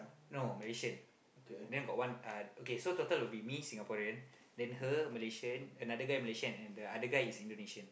no Malaysian then got one uh okay so total will be me Singaporean then her Malaysian another guy Malaysian and the other guy is Indonesian